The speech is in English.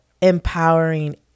empowering